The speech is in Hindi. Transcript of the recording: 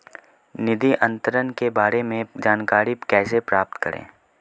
निधि अंतरण के बारे में जानकारी कैसे प्राप्त करें?